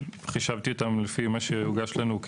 חישבתי אותן לפי מה שהוגש לנו,